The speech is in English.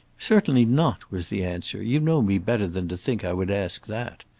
certainly not, was the answer you know me better than to think i would ask that.